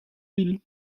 ville